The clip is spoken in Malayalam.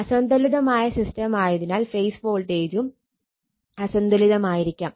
അസന്തുലിതമായ സിസ്റ്റം ആയതിനാൽ ഫേസ് വോൾട്ടേജും അസന്തുലിതമായിരിക്കാം